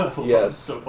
Yes